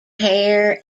hair